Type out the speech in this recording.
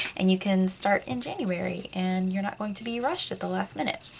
and you can start in january, and you're not going to be rushed at the last minute.